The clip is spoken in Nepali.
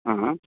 अँ